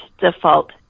default